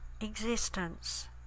existence